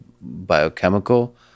biochemical